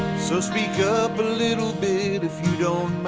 so speak up a little bit if you don't